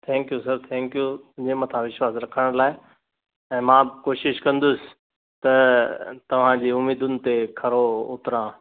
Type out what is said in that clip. thank you sir thank you मुंहिंजे मथां विश्वासु रखण लाइ ऐं मां बि कोशिश कंदुसि त तव्हां जी उमीदुनि ते खड़ो उतिरां